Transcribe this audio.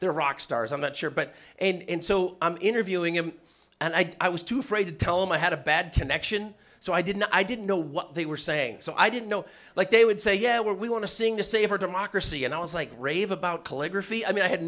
they're rock stars i'm not sure but and so i'm interviewing him and i i was too afraid to tell him i had a bad connection so i didn't i didn't know what they were saying so i didn't know like they would say yeah we want to sing a safe for democracy and i was like rave about calligraphy i mean i had